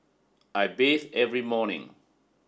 I bathe every morning